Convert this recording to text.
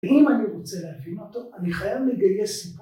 אם אני רוצה להבין אותו אני חייב לגייס